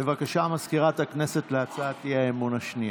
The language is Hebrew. בבקשה, מזכירת הכנסת, להצעת האי-אמון השנייה,